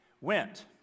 went